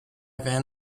van